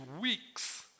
weeks